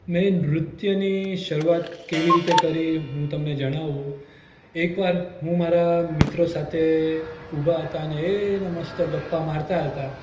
મેં નૃત્યની શરૂઆત કેવી રીતે કરી હું તમને જણાવું એકવાર હું મારા મિત્રો સાથે ઊભા હતા ને એયને મસ્ત ગપ્પા મારતા હતા